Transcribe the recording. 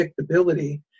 predictability